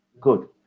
Good